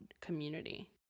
community